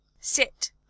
sit